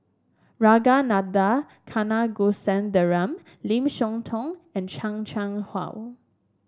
Ragunathar Kanagasuntheram Lim Siah Tong and Chan Chang How